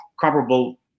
comparable